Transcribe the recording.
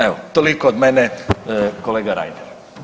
Evo toliko od mene kolega Reiner.